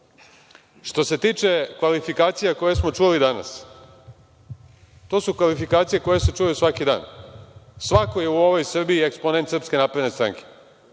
se tiče kvalifikacija koje smo čuli danas, to su kvalifikacije koje se čuju svaki dan. Svako je u ovoj Srbiji eksponent SNS. Još samo